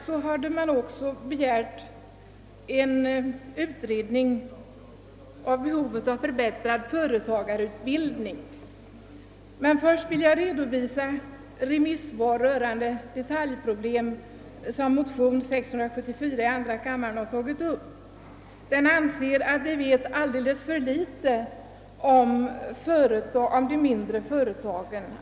Vidare har det begärts utredning rörande behovet av en förbättrad företagarutbildning. Jag vill också redovisa några remisssvar rörande detaljproblem som tagits upp i motionen II: 674. Där anser motionärerna att vi vet alldeles för litet om de mindre företagen.